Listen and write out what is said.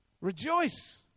Rejoice